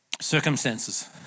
circumstances